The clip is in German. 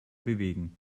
bewegen